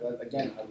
again